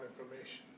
information